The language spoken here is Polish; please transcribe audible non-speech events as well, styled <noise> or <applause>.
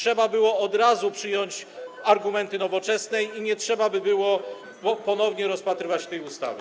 Należało od razu przyjąć <noise> argumenty Nowoczesnej, a nie trzeba by było ponownie rozpatrywać tej ustawy.